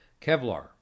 kevlar